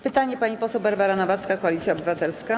Pytanie - pani poseł Barbara Nowacka, Koalicja Obywatelska.